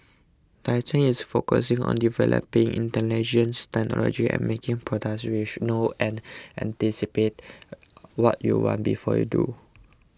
Dyson is focusing on developing intelligent technology and making products which know and anticipate what you want before you do